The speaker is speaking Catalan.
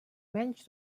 menys